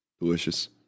Delicious